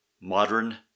Modern